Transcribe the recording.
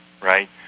right